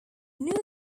new